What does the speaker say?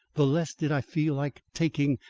the less did i feel like taking,